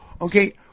Okay